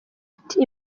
ati